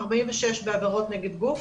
46 בעבירות נגד גוף